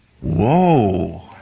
Whoa